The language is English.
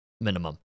minimum